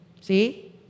See